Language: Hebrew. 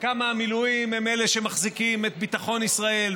וכמה המילואים הם אלה שמחזיקים את ביטחון ישראל,